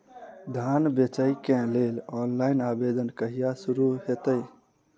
धान बेचै केँ लेल ऑनलाइन आवेदन कहिया शुरू हेतइ?